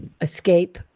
escape